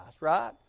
right